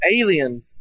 Alien